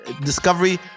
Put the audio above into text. Discovery